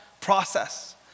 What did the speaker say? process